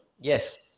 Yes